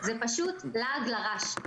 זה פשוט לעג לרש.